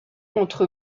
entre